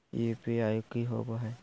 UPI की होबो है?